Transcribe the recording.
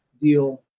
deal